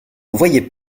voyait